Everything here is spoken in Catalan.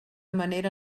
manera